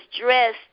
dressed